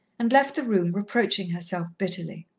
and left the room reproaching herself bitterly.